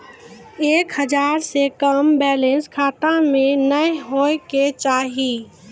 एक हजार से कम बैलेंस खाता मे नैय होय के चाही